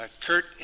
Kurt